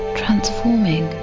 transforming